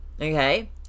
Okay